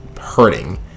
hurting